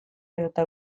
edota